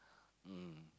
mm